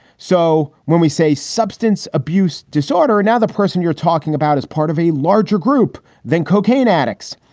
so when we say substance abuse disorder and now the person you're talking about is part of a larger group than cocaine addicts.